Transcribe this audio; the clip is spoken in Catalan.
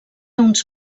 uns